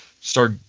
Start